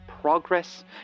progress